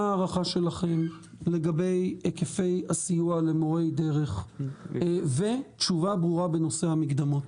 מה ההערכה שלכם לגבי היקפי הסיוע למורי דרך ותשובה ברורה בנושא המקדמות.